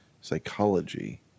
psychology